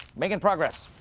making progress!